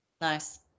Nice